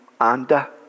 Anda